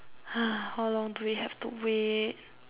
how long do we have to wait